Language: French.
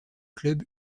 club